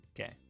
Okay